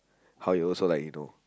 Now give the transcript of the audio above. how he also like you know